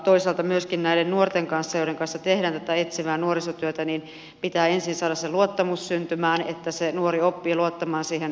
toisaalta myöskin näiden nuorten kanssa joiden kanssa tehdään tätä etsivää nuorisotyötä niin pitää ensin saada se luottamus syntymään niin että se nuori oppii luottamaan siihen aikuiseen